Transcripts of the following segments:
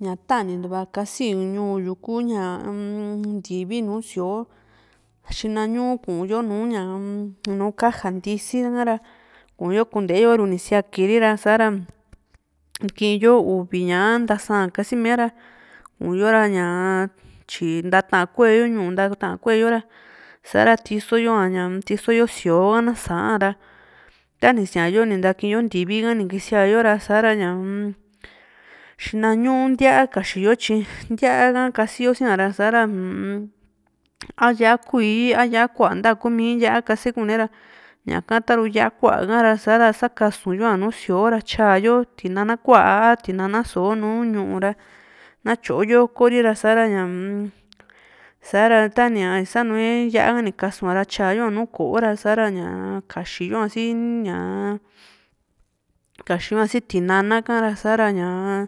ña tanintuva kasi ñuu yu ñaa ku ntivi nùù síoo xina ñu kuyo nu kaja ntisi hara kunte yo aru ni siakiri ra sa´ra kii´n yo uvi ña a ntasa kasimee ra ku yoo ra ña tyi ntata kue yo ñu´u ntata kueyo ra sa´ra tiso yo ña tiso yo síoo ha saa´n ra tani siayo ni ntakiyo ntivi hara kisìayo ra xina ñu ntíaa kaxi yo tyi ntía ka kasi yo sia´ra u´u a yá´a kuíí a a yá´a kua nta kumi yá´a kase kune ra ñaka taru yá´a kua´ra sa´ra sakasu yoa nùù síoo ra kaxi yo tinana kua a tinana soo nùù ñuu ra ña tyo yo´ko rira ñaa sa´ra tani ni sanue yá´a ka ni kasua ra tyayo nùù ko´o ra sa´ra kaxi yoa sii ñaa kaxi yoa si tinana kara sa ña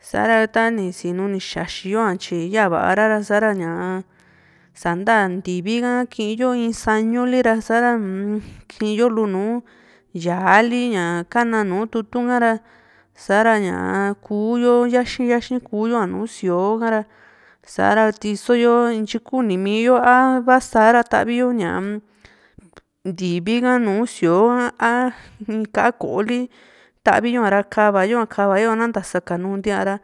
sa´ra tani sinu ni xaxi yoa tyi yavara ra sa´ra ña sa´nta ntivi ha kii yo in sañu lira sa´ra uun kii yo lu nùù ya´a li ña kana nùù tutu kara sa´ra ña kuuyo yaxi´n yaxi´n kuuyo´a nùù síoo ka´ra sa´ra tiso yo ntyikuni mii yo a vasa´ra tavi yo ñaa ntivi ka nùù síoo ha a kaá ko´o li tavi yoa ra kava yoa kava yo na ntasakanuu ntia´ra